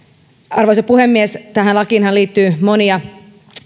arvoisa puhemies tähän lakiinhan liittyy monia